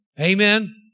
Amen